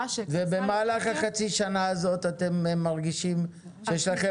ובמהלך חצי השנה הזאת אתם מרגישים שיש לכם